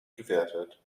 gewertet